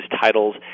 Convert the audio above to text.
titles